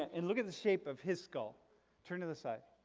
and look at the shape of his skull turn to the side.